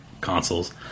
consoles